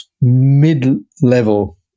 mid-level